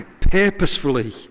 purposefully